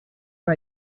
una